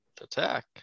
attack